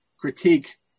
critique